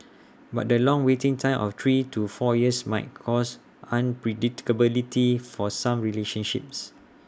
but the long waiting time of three to four years might cause unpredictability for some relationships